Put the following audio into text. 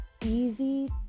easy